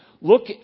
look